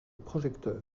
projecteurs